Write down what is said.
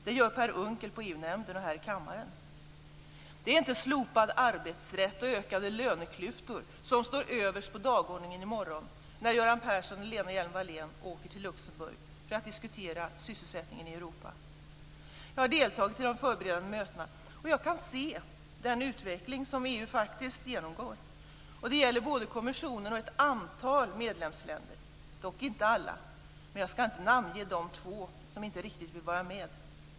Dem talar Per Unckel om i EU-nämnden och här i kammaren. Det är inte slopad arbetsrätt och ökade löneklyftor som står överst på dagordningen i morgon, när Göran Persson och Lena Hjelm-Wallén åker till Luxemburg för att diskutera sysselsättningen i Europa. Jag har deltagit i de förberedande mötena, och jag kan se den utveckling som EU faktiskt genomgår. Det gäller både kommissionen och ett antal medlemsländer - dock inte alla, men jag skall inte namnge de två som inte riktigt vill vara med.